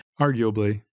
Arguably